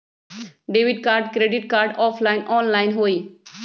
Debit card credit card offline online होई?